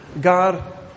God